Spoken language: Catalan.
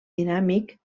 dinàmic